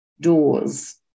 doors